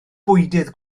bwydydd